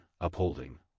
Upholding